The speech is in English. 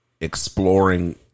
exploring